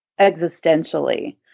existentially